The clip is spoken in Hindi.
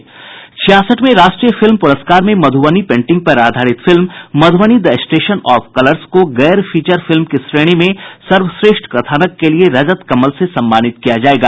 छियासठवें राष्ट्रीय फिल्म प्रस्कार में मध्रबनी पेंटिंग पर आधारित film Madhubani the station of colours को गैर फीचर फिल्म की श्रेणी में सर्वश्रेष्ठ कथानक के लिए रजत कमल से सम्मानित किया जायेगा